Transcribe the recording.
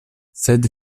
sed